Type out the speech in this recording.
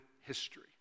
history